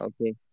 okay